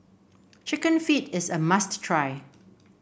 chicken feet is a must try